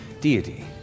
deity